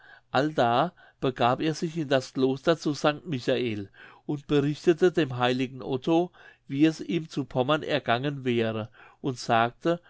allda begab er sich in das kloster zu sanct michael und berichtete dem heiligen otto wie es ihm zu pommern ergangen wäre und sagte